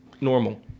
normal